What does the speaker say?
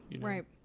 Right